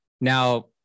now